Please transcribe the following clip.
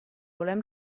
volem